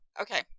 Okay